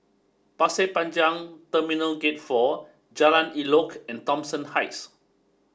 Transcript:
Pasir Panjang Terminal Gate four Jalan Elok and Thomson Heights